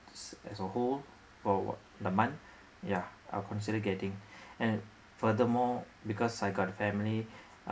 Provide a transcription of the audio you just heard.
s~ as a whole for wha~ the month ya I'll consider getting and furthermore because I got a family uh